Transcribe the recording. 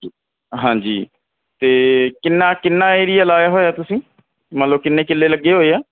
ਹਾਂਜੀ ਅਤੇ ਕਿੰਨਾ ਕਿੰਨਾ ਏਰੀਆ ਲਾਇਆ ਹੋਇਆ ਤੁਸੀਂ ਮਤਲਬ ਕਿੰਨੇ ਕਿੱਲੇ ਲੱਗੇ ਹੋਏ ਆ